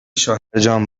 شوهرجان